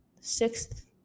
sixth